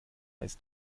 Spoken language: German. ist